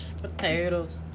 Potatoes